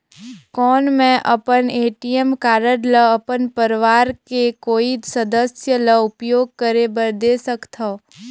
कौन मैं अपन ए.टी.एम कारड ल अपन परवार के कोई सदस्य ल उपयोग करे बर दे सकथव?